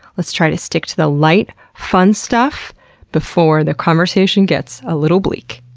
let's try to stick to the light, fun stuff before the conversation gets a little bleak.